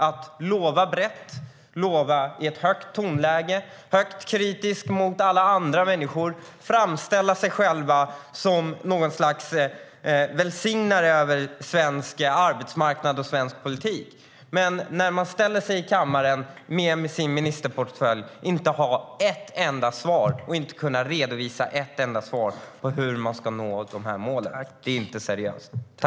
Att lova brett, lova i ett högt tonläge, vara starkt kritisk mot alla andra människor, framställa sig själva som något slags välsignare över svensk arbetsmarknad och svensk politik och sedan ställa sig i kammaren med sin ministerportfölj och inte ha ett enda svar och inte kunna redovisa en enda idé om hur man ska nå målen det är inte seriöst.